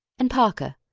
and, parker,